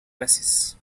basis